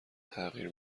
تغییر